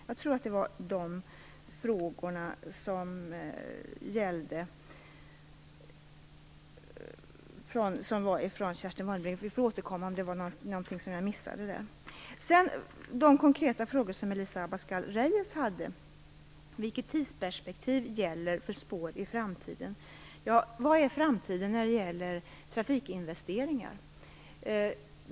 Jag tror att det var de frågor som Kerstin Warnerbring ställde. Vi får återkomma om det var någonting som jag missade där. Sedan till de konkreta frågor som Elisa Abascal Reyes ställde. Vilket tidsperspektiv gäller för spår i framtiden? Vad är framtiden när det gäller trafikinvesteringar?